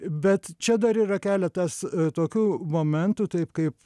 bet čia dar yra keletas tokių momentų taip kaip